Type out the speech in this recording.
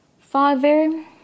Father